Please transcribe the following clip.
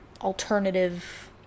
alternative